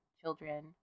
children